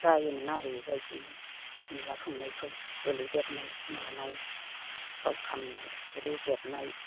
जायोमोन आरो बेबायदिनो अनद्ला संनायफ्राव गोलैदेरनाय मानायफ्राव खामनाय रेजेदनाय